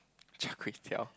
char-kway-teow